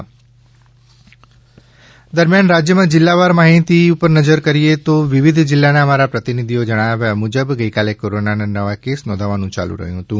corona જિલ્લાવાર દરમિયાન રાજ્યમાં જિલ્લાવાર માહિતી ઉપર નજર કરીએ તો વિવિધ જિલ્લાના અમારા પ્રતિનિધીઓના જણાવ્યા મુજબ ગઇકાલે કોરોનાના નવા કેસ નોંધવાનું યાલુ રહ્યું હતું